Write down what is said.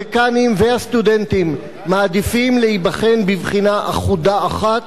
הדיקנים והסטודנטים מעדיפים להיבחן בבחינה אחודה אחת,